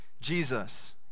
Jesus